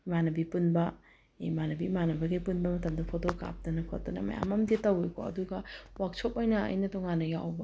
ꯏꯃꯥꯟꯅꯕꯤ ꯄꯨꯟꯕ ꯏꯃꯥꯟꯅꯕꯤ ꯏꯃꯥꯟꯅꯕꯈꯩ ꯄꯨꯟꯕ ꯃꯇꯝꯗ ꯐꯣꯇꯣ ꯀꯥꯞꯇꯅ ꯈꯣꯠꯇꯅ ꯃꯌꯥꯝ ꯑꯃꯗꯤ ꯇꯧꯏꯀꯣ ꯑꯗꯨꯒ ꯋꯥꯛꯁꯣꯞ ꯑꯣꯏꯅ ꯑꯩꯅ ꯇꯣꯉꯥꯟꯅ ꯌꯥꯎꯕ